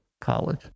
college